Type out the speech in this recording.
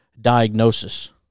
diagnosis